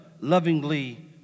lovingly